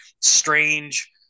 strange